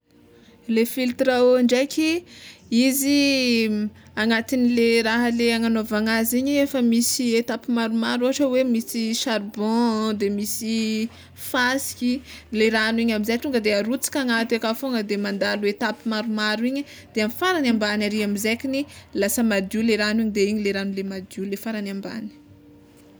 Le filtre à eau ndraiky, izy agnatinle raha le hagnanaovana azy igny efa misy etapy maromaro ôhatra hoe misy charbon, de misy fasiky, le ragno igny amizay tonga de arotsaka agnaty aka fôgna de mandalo etapy maromaro igny de afarany ambany ary amizay kny lasa madio le ragno igny de igny le ragno le madio le farany ambany.